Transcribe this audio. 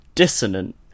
Dissonant